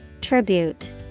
Tribute